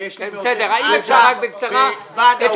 ויש לי מעוטף עזה וועד העובדים.